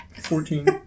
Fourteen